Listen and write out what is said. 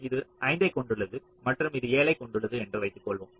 இது 5 ஐக் கொண்டுள்ளது மற்றும் இது 7 ஐக் கொண்டுள்ளது என்று வைத்துக்கொள்வோம்